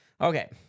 Okay